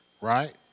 right